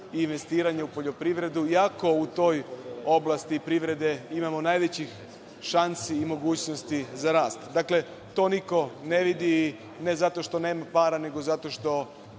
i investiranja u poljoprivredu, iako u toj oblasti privrede imamo najvećih šansi i mogućnosti za rast. Dakle, to niko ne vidi, ne zato što nema para, nego zato što